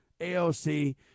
AOC